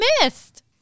missed